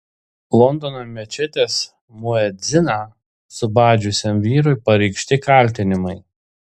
londono mečetės muedziną subadžiusiam vyrui pareikšti kaltinimai